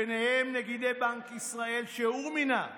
ביניהם נגידי בנק ישראל שהוא מינה,